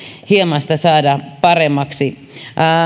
saada sitä hieman paremmaksi